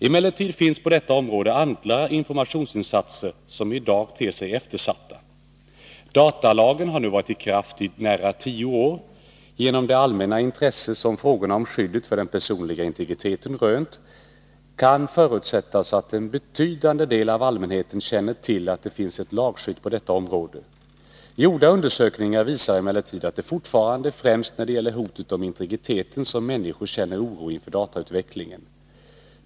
Emellertid finns på detta område andra informationsinsatser som i dag ter sig eftersatta. Datalagen har nu varit i kraft i nära tio år. Genom det allmänna intresse som frågorna om skyddet för den personliga integriteten rönt kan förutsättas att en betydande del av allmänheten känner till att det finns ett lagskydd på detta område. Gjorda undersökningar visar emellertid att det fortfarande är främst när det gäller hotet mot integriteten som människor känner oro inför datautvecklingen.